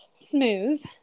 smooth